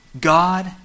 God